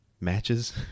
matches